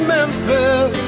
Memphis